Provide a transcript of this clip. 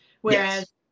whereas